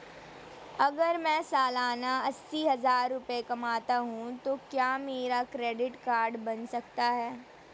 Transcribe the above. अगर मैं सालाना अस्सी हज़ार रुपये कमाता हूं तो क्या मेरा क्रेडिट कार्ड बन सकता है?